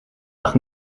lag